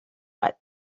what